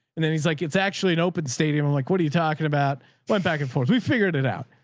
and then he's like, it's actually an open stadium. i'm like, what are you talking about? i went back and forth. we figured it out.